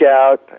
out